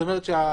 זאת אומרת,